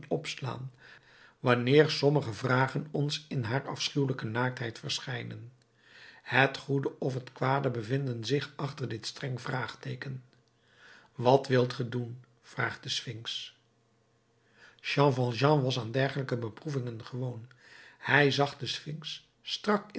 opslaan wanneer sommige vragen ons in haar afschuwelijke naaktheid verschijnen het goede of het kwade bevinden zich achter dit streng vraagteeken wat wilt ge doen vraagt de sphinx jean valjean was aan dergelijke beproevingen gewoon hij zag den sphinx strak